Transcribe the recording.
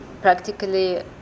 practically